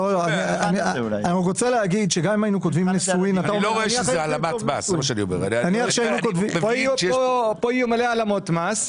גם אם היינו כותבים "נישואין" --- יהיו פה מלא העלמות מס,